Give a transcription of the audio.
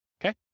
okay